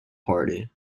party